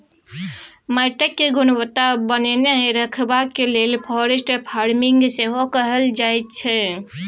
माटिक गुणवत्ता बनेने रखबाक लेल फॉरेस्ट फार्मिंग सेहो कएल जा रहल छै